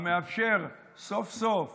שמאפשר סוף-סוף